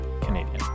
Canadian